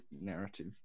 narrative